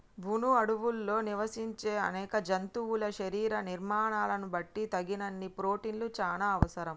వును అడవుల్లో నివసించే అనేక జంతువుల శరీర నిర్మాణాలను బట్టి తగినన్ని ప్రోటిన్లు చానా అవసరం